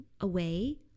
away